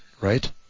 right